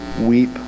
weep